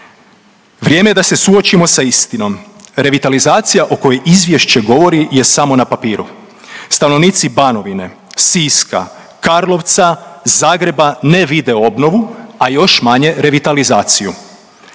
Vrijeme je da se suočimo sa istinom, revitalizacija o kojoj izvješće govori je samo na papiru. Stanovnici Banovine, Siska, Karlovca, Zagreba ne vide obnovu, a još manje revitalizaciju.